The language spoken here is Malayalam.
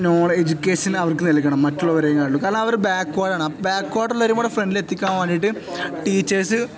എജ്യുക്കേഷനില് അവർക്ക് നൽകണം മറ്റുള്ളവരെക്കാളും കാരണം അവര് ബാക്ക്വേഡ് ആണ് അപ്പോള് ബാക്ക്വേർഡിലുള്ളവരെക്കൂടി ഫ്രണ്ടില് എത്തിക്കാൻ വേണ്ടിയിട്ട് ടീച്ചേഴ്സ്